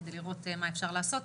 כדי לראות מה אפשר לעשות.